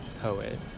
poet